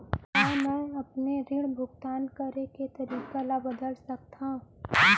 का मैं अपने ऋण भुगतान करे के तारीक ल बदल सकत हो?